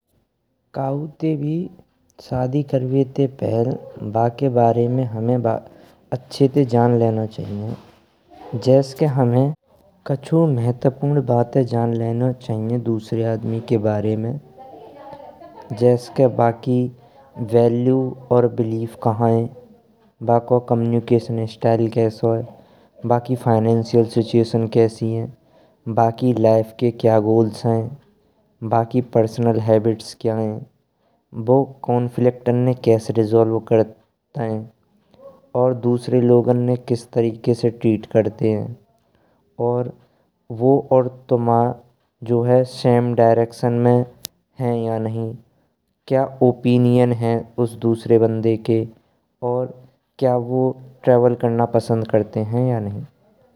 कउ ते भी शादी करवाते पहेल बाकी बारे में हमैं अचे ते जान लेनो चाहिये। जैस के हमैं कछु महत्वपूर्ण बातें जान लेना चाहिये दुसरे आदमी के बारे में। जैस के बाकी वैल्यू और बिलीफ कहा है बाक्को कम्यूनिकेशन स्टाइल कैसो है बाकी फाइनेन्शियल सिचुएशन कैसी है बाकी लाइफ के क्या गोल्स हैं। बाकी पर्सनल हैबिट्स क्या हैं बु कांफ्लिक्ट्स ने कैस रिज़ॉल्व करतेय और दुसरे लोगो ने किस तरिके ते ट्रीट करतेय हैं. और वो और तुम सैम डाइरेक्शन में हैं या नहीं क्या ओपिनियन है उस दुसरे बन्दे के क्या वो ट्रैवल करना पसंद करतेय हैं या नहीं।